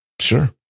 Sure